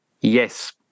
Yes